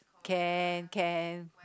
can can